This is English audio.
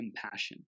compassion